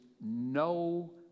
no